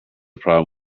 problem